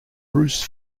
bruce